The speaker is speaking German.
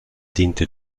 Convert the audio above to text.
diente